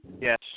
Yes